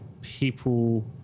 people